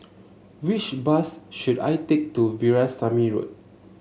which bus should I take to Veerasamy Road